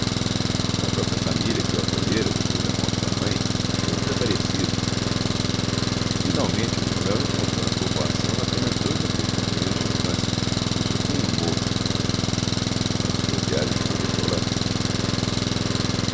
a própria família que o acolhera depois da morte da mãe tinha desaparecido finalmente o manuel encontrou na povoação apenas dois ou três companheiros de infância que o supunham morto a sua viagem foi desoladora